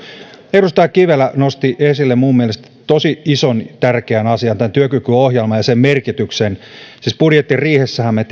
edustaja kivelä nosti esille mielestäni tosi ison tärkeän asian työkykyohjelman ja sen merkityksen siis budjettiriihessähän me